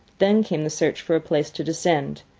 then came the search for a place to descend,